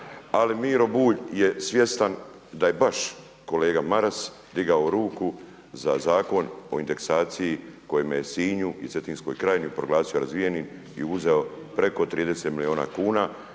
ali Miro Bulj je svjestan da je baš kolega Maras digao ruku za Zakon o indeksaciji kojim je Sinju i Cetinskoj krajini proglasio razvijenim i uzeo preko 30 milijuna kuna.